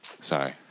Sorry